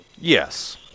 Yes